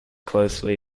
closely